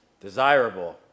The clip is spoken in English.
desirable